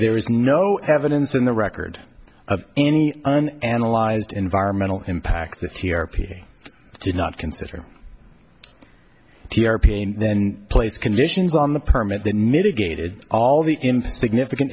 there is no evidence in the record of any and analyzed environmental impacts that t r p did not consider do european then place conditions on the permit that mitigated all the significant